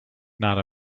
not